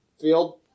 Field